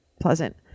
pleasant